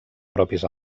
propis